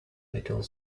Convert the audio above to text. little